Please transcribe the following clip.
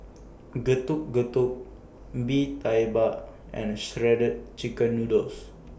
Getuk Getuk Bee Tai Mak and Shredded Chicken Noodles